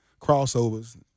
crossovers